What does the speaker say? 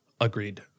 agreed